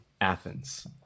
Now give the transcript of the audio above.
Athens